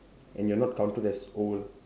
and you are not counted as old